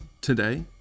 Today